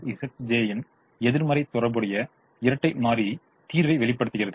இப்போது இன் எதிர்மறை தொடர்புடைய இரட்டை மாறி தீர்வை வெளிப்படுத்துகிறது